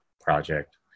project